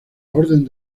orden